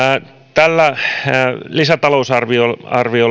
tällä lisätalousarvioon